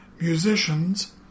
musicians